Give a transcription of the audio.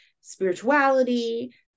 spirituality